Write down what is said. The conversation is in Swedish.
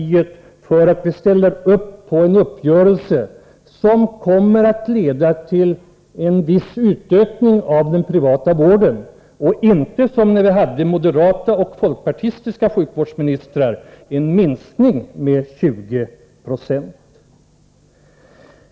Man angriper oss därför att vi ställer upp för en uppgörelse som kommer att leda till en viss utökning av den privata vården och inte — som var fallet när vi hade moderata och folkpartistiska sjukvårdsministrar — en minskning med 20 9.